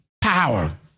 power